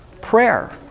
Prayer